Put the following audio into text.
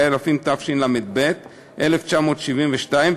התשל"ב 1972,